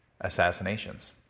assassinations